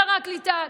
שר הקליטה?